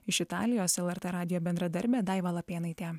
iš italijos lrt radijo bendradarbė daiva lapėnaitė